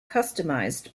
customised